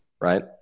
Right